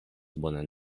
bonan